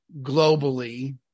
globally